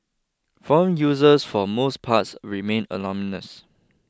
forum users for most parts remain anonymous